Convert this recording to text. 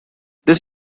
this